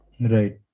Right